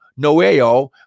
noeo